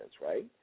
right